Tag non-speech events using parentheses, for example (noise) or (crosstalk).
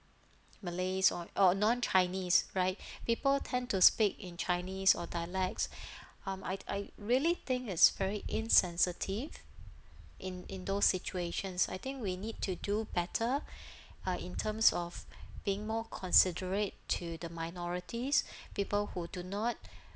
malays or or non chinese right people tend to speak in chinese or dialects (breath) um I'd I really think is very insensitive in in those situations I think we need to do better uh in terms of being more considerate to the minorities people who do not